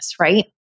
right